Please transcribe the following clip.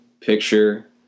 picture